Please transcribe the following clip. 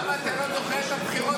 אתה יודע למה אנחנו מצביעים נגד?